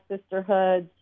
sisterhoods